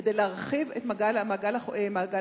כדי להרחיב את מעגל